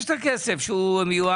יש הכסף שנמצא